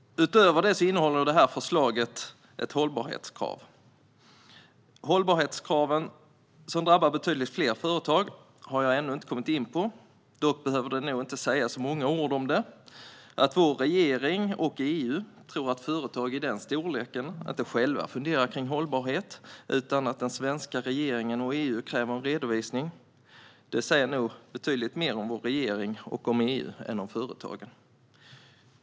Utöver detta innehåller detta förslag hållbarhetskrav. Dessa hållbarhetskrav, som drabbar betydligt fler företag, har jag ännu inte kommit in på. Dock behöver det nog inte sägas så många ord om detta. Att vår regering och EU tror att företag i den storleken inte själva funderar på hållbarhet och att den svenska regeringen och EU kräver en redovisning säger nog betydligt mer om vår regering och om EU än om företagen.